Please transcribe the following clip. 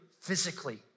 physically